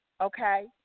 okay